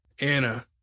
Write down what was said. Anna